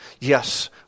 Yes